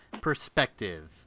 perspective